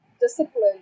discipline